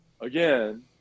again